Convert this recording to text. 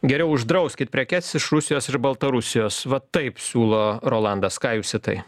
geriau uždrauskit prekes iš rusijos ir baltarusijos va taip siūlo rolandas ką jūs į tai